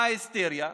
מה ההיסטריה?